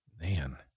Man